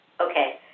Okay